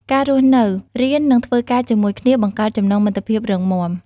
ការរស់នៅ រៀន និងធ្វើការជាមួយគ្នាបង្កើតចំណងមិត្តភាពរឹងមាំ។